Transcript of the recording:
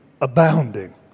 abounding